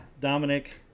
Dominic